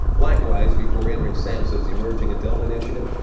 likewise, before entering samsa's emerging adult initiative,